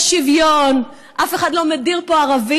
יש שוויון, אף אחד לא מדיר פה ערבים.